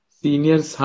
seniors